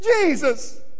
Jesus